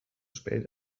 spät